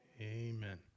Amen